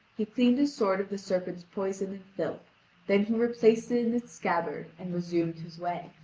he cleaned his sword of the serpent's poison and filth then he replaced it in its scabbard, and resumed his way.